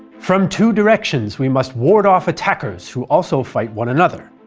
from two directions we must ward off attackers who also fight one another.